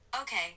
Okay